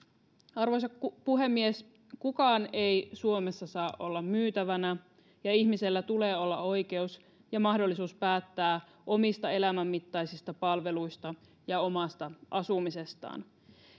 arvoisa puhemies kukaan ei suomessa saa olla myytävänä ja ihmisellä tulee olla oikeus ja mahdollisuus päättää omista elämänmittaisista palveluistaan ja omasta asumisestaan